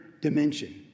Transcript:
dimension